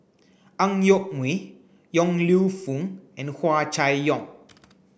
Ang Yoke Mooi Yong Lew Foong and Hua Chai Yong